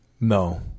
No